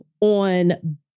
on